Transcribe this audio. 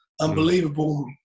unbelievable